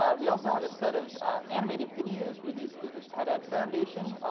um we also have a set of animated videos released through the ted-ed foundation.